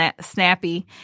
snappy